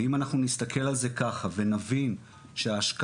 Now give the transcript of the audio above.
ואם אנחנו נסתכל על זה ככה ונבין שההשקעה